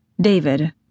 David